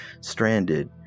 stranded